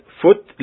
foot